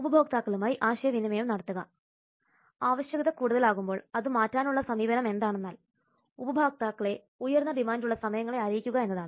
ഉപഭോക്താക്കളുമായി ആശയവിനിമയം നടത്തുക ആവശ്യകത കൂടുതലാകുമ്പോൾ അത് മാറ്റാനുള്ള സമീപനം എന്താണെന്നാൽ ഉപഭോക്താക്കളെ ഉയർന്ന ഡിമാൻഡുള്ള സമയങ്ങളെ അറിയിക്കുക എന്നതാണ്